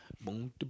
boom